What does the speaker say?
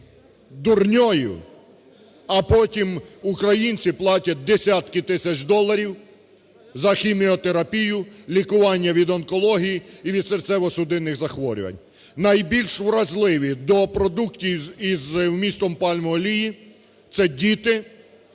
дурньою, а потім українці платять десятки тисяч доларів за хіміотерапію, лікування від онкології і від серцево-судинних захворювань. Найбільш вразливі до продуктів із вмістом пальмової олії це діти,